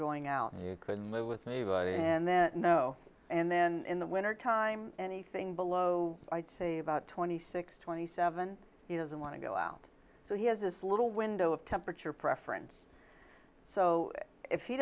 going out there you couldn't live with anybody and then no and then in the winter time anything below i'd say about twenty six twenty seven he doesn't want to go out so he has this little window of temperature preference so if he